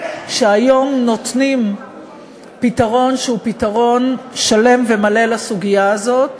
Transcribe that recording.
שהיום נותנים פתרון שלם ומלא לסוגיה הזאת,